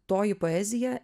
toji poezija